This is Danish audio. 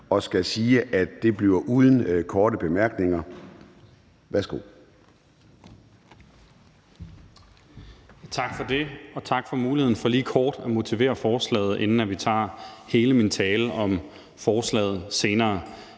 og skal sige, at det bliver uden korte bemærkninger. Værsgo.